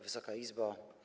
Wysoka Izbo!